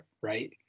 right